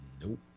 nope